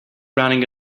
running